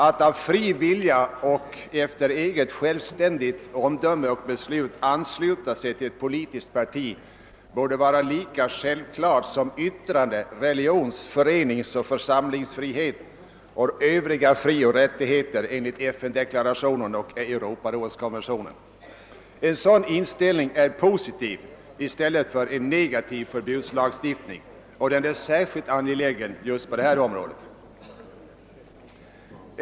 Att av fri vilja och efter eget självständigt omdöme och beslut kunna ansluta sig till ett politiskt parti borde vara lika självklart som yttrande-, religionsoch församlingsfrihet och övriga frioch rättigheter enligt FN deklarationen och Europarådskonventionen. En sådan inställning är positiv och därför särskilt angelägen just på detta område. Förbudslagstiftning däremot är negativ.